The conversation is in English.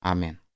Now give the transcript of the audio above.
Amen